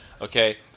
Okay